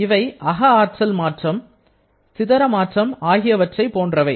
இவை அக ஆற்றல் மாற்றம் சிதற மாற்றம் ஆகியவற்றை போன்றவை